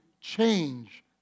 change